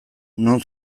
non